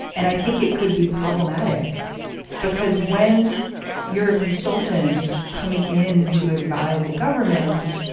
and i think it could be problematic because when you're a consultant coming in to advise the government